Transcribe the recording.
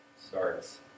starts